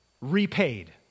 repaid